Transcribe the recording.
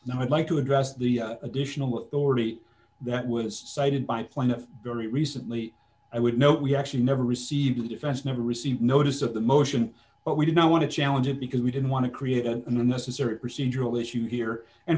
now i'd like to address the additional authority that was cited by the plaintiff very recently i would note we actually never received a defense never received notice of the motion but we did not want to challenge it because we didn't want to create a necessary procedural issue here and